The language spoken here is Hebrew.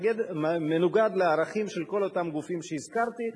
זה מנוגד לערכים של כל אותם גופים שהזכרתי,